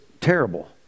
terrible